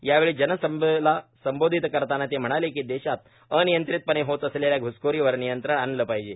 यावेळी जनसभेला संबोधित करताना ते म्हणाले की देशात अनियंत्रितपणे होत असलेल्या घ्सखोरीवर नियंत्रण आणले पाहिजे